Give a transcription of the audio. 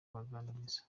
kubaganiriza